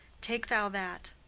take thou that.